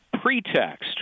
pretext